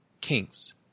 kings